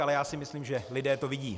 Ale já si myslím, že lidé to vidí.